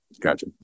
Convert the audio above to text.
gotcha